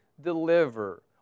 deliver